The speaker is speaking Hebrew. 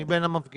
אני בין המפגינים